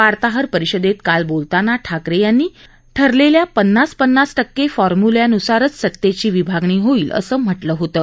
वार्ताहर परिषदेत काल बोलताना ठाकरे यांनी ठरलेल्या पन्नास पन्नास टक्के फॉर्म्यूल्यान्सारच सतेची विभागणी होईल असं म्हटलं होतं